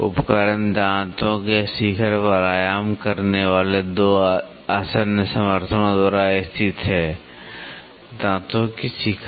उपकरण दांतों के शिखर पर आराम करने वाले 2 आसन्न समर्थनों द्वारा स्थित है दांतों की शिखा